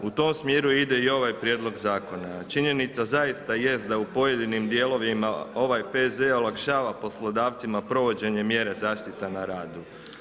U tom smjeru ide i ovaj prijedlog zakona, a činjenica zaista jest da u pojedinim dijelovima ovaj P.Z. olakšava poslodavcima provođenje mjere zaštita na radu.